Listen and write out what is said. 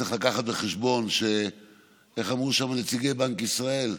צריך לקחת בחשבון, איך אמרו שם נציגי בנק ישראל,